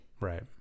Right